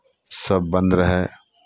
सभ बन्द रहै